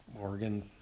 oregon